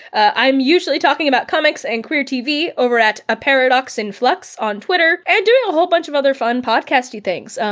i'm usually talking about comics and queer tv over at aparadoxinflux on twitter and doing a whole bunch of other fun podcasty things.